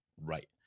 right